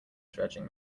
dredging